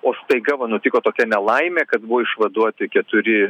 o staiga nutiko va tokia nelaimė kad buvo išvaduoti keturi